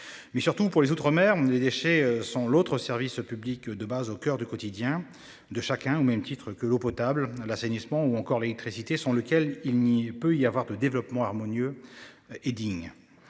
Mais surtout pour les Outre-mer, les déchets sont l'autre services publics de base au coeur du quotidien de chacun au même titre que l'eau potable, l'assainissement, ou encore l'électricité sans lequel il n'y peut y avoir de développement harmonieux. Et digne.